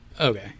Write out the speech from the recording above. Okay